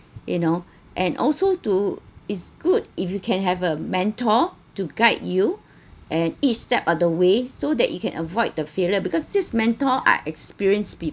you know and also to is good if you can have a mentor to guide you and each step of the way so that you can avoid the failure because this mentor are experienced people